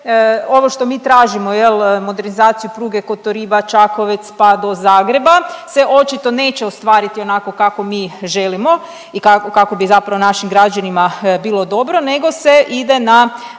ovo što mi tražimo, je li, modernizaciju pruge Kotoriba, Čakovec pa do Zagreba se očito neće ostvariti onako kako mi želimo i kako bi zapravo našim građanima bilo dobro nego se ide na